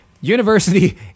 university